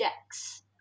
objects